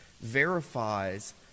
verifies